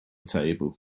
table